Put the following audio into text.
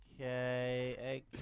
okay